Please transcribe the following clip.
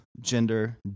gender